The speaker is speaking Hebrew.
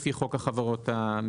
לפי חוק החברות הממשלתיות.